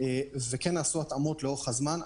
כן נעשות התאמות לאורך הזמן.